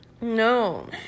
no